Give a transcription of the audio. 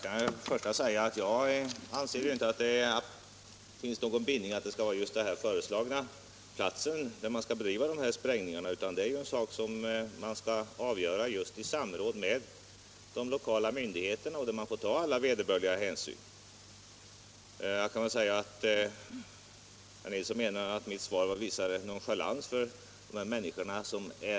Herr talman! Till att börja med anser jag inte att det finns någon bindning när det gäller de här sprängningarna just till den föreslagna platsen, utan det är en sak som skall avgöras i samråd med de lokala myndigheterna. I det sammanhanget får man ta alla vederbörliga hänsyn. Herr Nilsson i Uddevalla menar att mitt svar visar nonchalans mot berörda människor.